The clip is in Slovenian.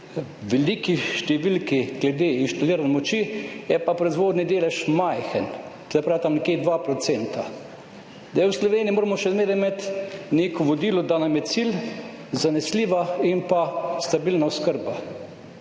veliki številki glede inštalirane moči proizvodni delež majhen, tu pravijo tam nekje 2 %. V Sloveniji moramo še zmeraj imeti neko vodilo, da nam je cilj zanesljiva in stabilna oskrba.